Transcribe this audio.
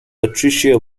patricia